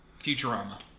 Futurama